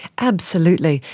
absolutely.